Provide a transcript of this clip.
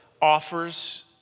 offers